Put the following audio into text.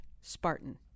Spartan